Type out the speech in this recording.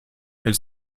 elle